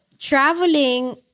traveling